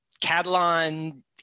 Catalan